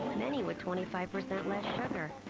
with twenty five percent less sugar.